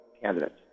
candidates